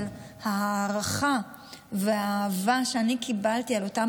אבל ההערכה והאהבה שאני קיבלתי על אותם